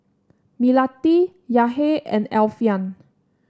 Melati Yahya and Alfian